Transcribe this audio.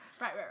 Right